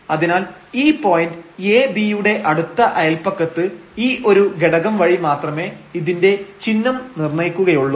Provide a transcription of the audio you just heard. അതിനാൽ ഈ പോയന്റ് abയുടെ അടുത്ത അയൽപക്കത്ത് ഈ ഒരു ഘടകം വഴി മാത്രമേ ഇതിന്റെ ചിഹ്നം നിർണയിക്കുകയുള്ളൂ